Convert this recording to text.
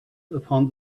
upon